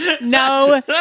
No